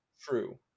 true